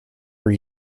were